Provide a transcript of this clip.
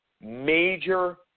major